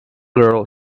girl